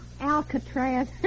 Alcatraz